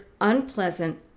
unpleasant